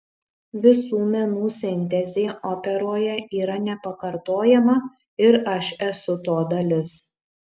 visų menų sintezė operoje yra nepakartojama ir aš esu to dalis